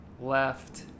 left